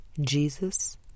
Jesus